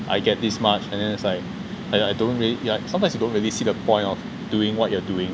I get this much then it's like I I I don't rea~ like sometimes you don't really see the point of doing what you are doing